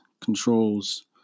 controls